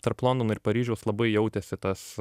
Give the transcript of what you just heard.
tarp londono ir paryžiaus labai jautėsi tas